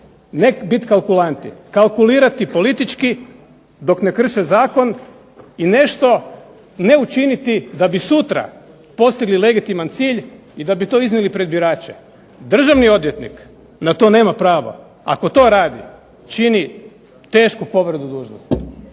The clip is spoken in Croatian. Ne biti kalkulanti, kalkulirati politički dok ne krše zakon i nešto ne učiniti da bi sutra postigli legitiman cilj i da bi to iznijeli pred birače. Državni odvjetnik na to nema pravo. Ako to radi čini tešku povredu dužnosti.